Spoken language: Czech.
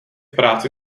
práci